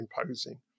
imposing